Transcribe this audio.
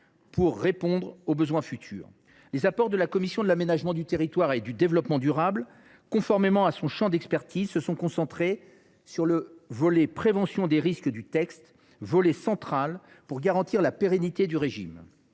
à répondre aux besoins futurs. La commission de l’aménagement du territoire et du développement durable, conformément à son champ d’expertise, s’est concentrée sur le volet prévention des risques, qui est central pour garantir la pérennité du régime.